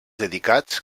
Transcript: dedicats